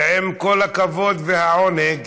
עם כל הכבוד והעונג,